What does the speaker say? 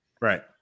right